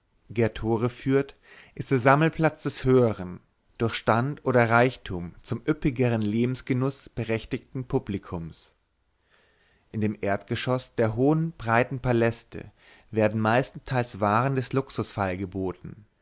tore führt ist der sammelplatz des höheren durch stand oder reichtum zum üppigeren lebensgenuß berechtigten publikums in dem erdgeschoß der hohen breiten paläste werden meistenteils waren des